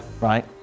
Right